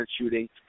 shooting